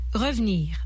Revenir